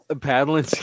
paddling